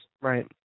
Right